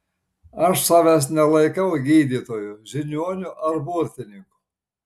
aš savęs nelaikau gydytoju žiniuoniu ar burtininku